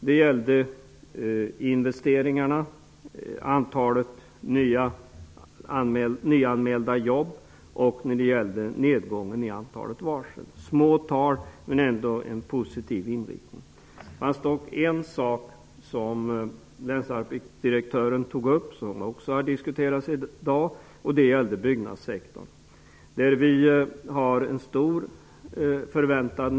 Det gällde investeringarna, antalet nyanmälda jobb och nedgången i antalet varsel. Det var små förändringar, men ändå med en en positiv inriktning. Länsarbetsdirektören tog också upp en annan fråga, som har diskuterats i dag, nämligen byggnadssektorn.